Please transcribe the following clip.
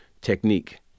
technique